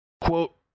Quote